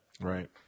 Right